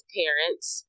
parents